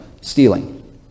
stealing